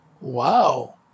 Wow